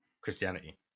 Christianity